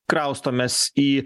kraustomės į